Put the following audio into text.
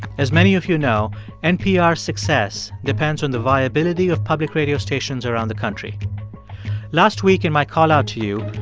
as many of you know, npr's success depends on the viability of public radio stations around the country last week in my call out to you,